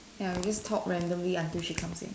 ya we just talk randomly until she comes in